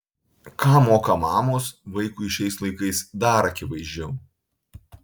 ką moka mamos vaikui šiais laikais dar akivaizdžiau